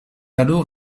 alors